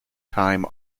time